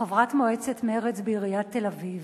חברת מועצת מרצ בעיריית תל-אביב,